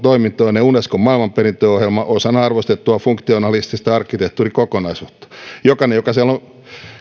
toimitettavaksi unescon maailmanperintöohjelmaan osana arvostettua funktionalistista arkkitehtuurikokonaisuutta jokainen joka siellä on